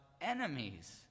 enemies